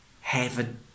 heaven